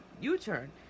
U-turn